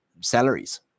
salaries